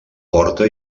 porta